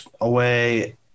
away